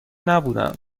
نبودم